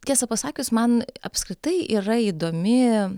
tiesą pasakius man apskritai yra įdomi